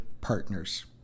partners